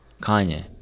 Kanye